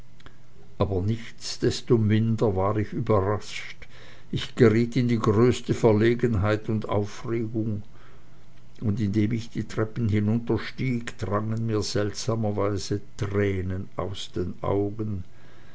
aber nichtsdestominder war ich überrascht ich geriet in die größte verlegenheit und aufregung und indem ich die treppen hinunterstieg drangen mir seltenerweise tränen aus den augen